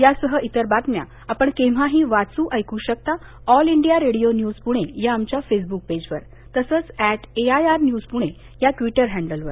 या आणि इतर बातम्या आपण केव्हाही वाचू ऐकू शकता आमच्या all India radio news Pune या फेसब्क पेजवर तसंच ऍट एआयआर न्यूज पुणे या ट्विटर हँडलवर